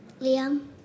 Liam